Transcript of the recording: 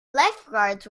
lifeguards